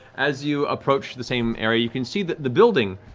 as you approach the same area, you can see that the building